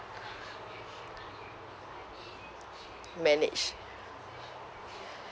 manage